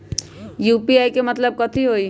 UPI के मतलब कथी होई?